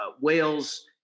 Wales